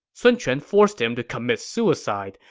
sun quan forced him to commit suicide,